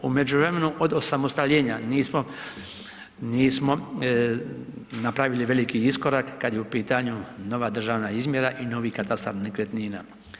U međuvremenu od osamostaljenja nismo napravili veliki iskorak kada je u pitanju nova državna izmjera i novi katastar nekretnina.